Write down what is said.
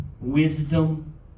wisdom